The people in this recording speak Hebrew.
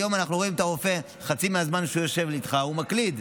היום אנחנו רואים שחצי מהזמן שהרופא יושב איתך הוא מקליד.